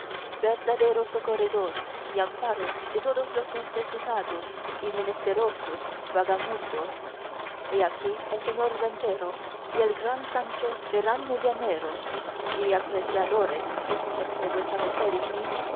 mancha verdadero socorredor y amparo de todos los necesitados y menesterosos vagamundos y aquí el señor ventero y el gran sancho serán medianeros y apreciadores entre vuesa